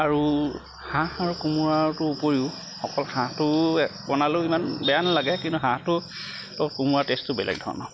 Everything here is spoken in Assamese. আৰু হাঁহ আৰু কোমোৰাটোৰ উপৰিও অকল হাঁহটো বনালেও ইমান বেয়া নালাগে হাঁহটো লগত কোমোৰাটো বেলগ ধৰণৰ